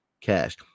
cash